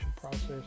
process